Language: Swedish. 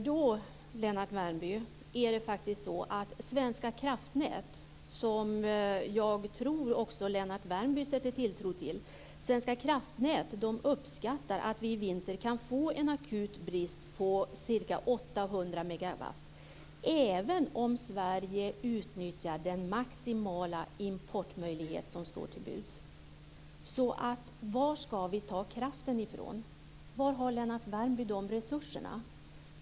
Det är faktiskt så, Lennart Värmby, att Svenska kraftnät, som jag tror också Lennart Värmby sätter tilltro till, uppskattar att vi i vinter kan få en akut brist på ca 800 megawatt, även om Sverige utnyttjar den maximala importmöjlighet som står till buds. Var ska vi ta kraften ifrån? Var har Lennart Värmby de resurserna?